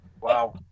Wow